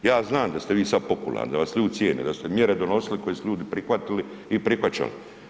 Ja znam da ste vi sad popularni, da vas ljudi cijene, da su se mjere donosile koji su ljudi prihvatili i prihvaćali.